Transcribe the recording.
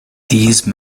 these